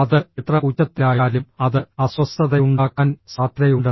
അത് എത്ര ഉച്ചത്തിലായാലും അത് അസ്വസ്ഥതയുണ്ടാക്കാൻ സാധ്യതയുണ്ട്